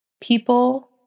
people